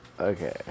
Okay